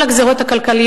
בכל הזירות הכלכליות,